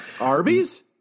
Arby's